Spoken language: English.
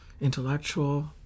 intellectual